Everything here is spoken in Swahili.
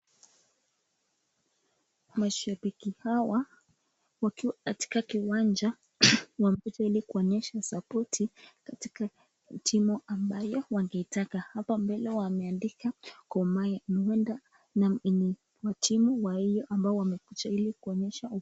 Mashabiki hawa wakiwa katika kiwanja wamekuja ili kuonyesha sapoti katika timu ambayo wameitaka hapa mbele wameandikwa Gormahia huenda ni wa timu wa hiyo ambao wamekuja ili kuonyesha.